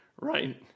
right